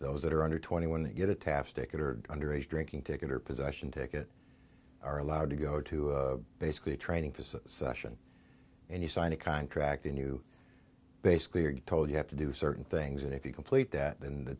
those that are under twenty one they get a taf ticket or underage drinking ticket or possession ticket are allowed to go to a basically a training facility session and you sign a contract and you basically are told you have to do certain things and if you complete that then the